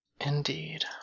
Indeed